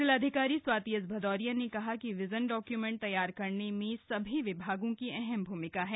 जिलाधिकारी स्वाति एस भदौरिया ने कहा कि विजन डॉक्य्मेंट तैयार करने में सभी विभागों की अहम भूमिका है